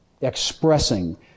expressing